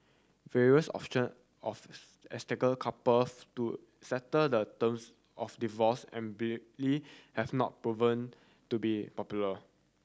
various option of couples to settle the terms of divorce have not proven to be popular